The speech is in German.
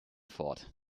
fort